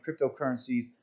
cryptocurrencies